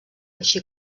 així